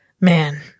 Man